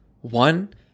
One